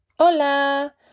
Hola